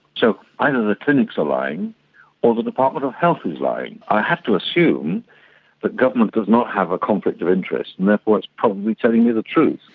so either the clinics are lying or the department of health is lying. i have to assume that but government does not have a conflict of interest, and therefore it's probably telling me the truth.